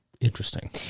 interesting